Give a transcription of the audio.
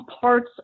parts